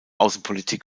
außenpolitik